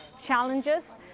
challenges